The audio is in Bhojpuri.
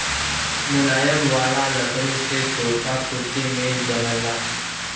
मुलायम वाला लकड़ी से सोफा, कुर्सी, मेज बनला